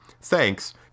Thanks